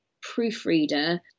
proofreader